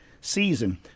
season